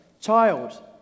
Child